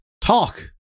talk